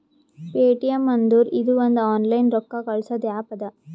Paytm ಅಂದುರ್ ಇದು ಒಂದು ಆನ್ಲೈನ್ ರೊಕ್ಕಾ ಕಳ್ಸದು ಆ್ಯಪ್ ಅದಾ